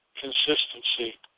consistency